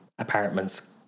apartments